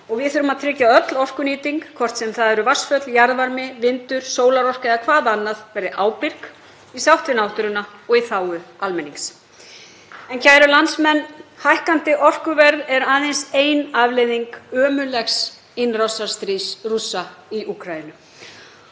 Við þurfum að tryggja að öll orkunýting, hvort sem það er vatnsföll, jarðvarmi, vindurinn, sólarorka eða hvað annað, verði ábyrg, í sátt við náttúruna og í þágu almennings. Kæru landsmenn. Hækkandi orkuverð er aðeins ein afleiðing ömurlegs innrásarstríðs Rússa í Úkraínu.